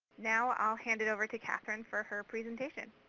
now i'll hand it over to catherine for her presentation.